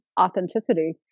authenticity